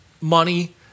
money